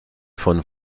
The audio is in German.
von